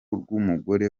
rw’umugore